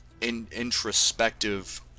introspective